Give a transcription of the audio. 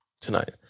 tonight